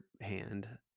hand